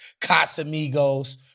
Casamigos